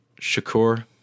Shakur